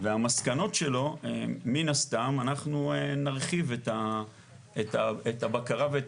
והמסקנות שלו מן הסתם אנחנו נרחיב את הבקרה ואת